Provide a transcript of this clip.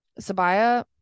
Sabaya